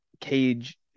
cage